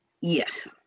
yes